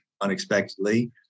unexpectedly